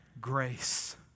Grace